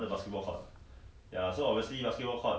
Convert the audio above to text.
so ah the better all you better all don't